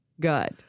good